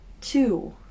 two